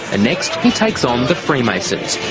and next he takes on the freemasons.